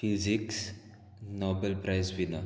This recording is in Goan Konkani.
फिजीक्स नोबल प्रायज बीन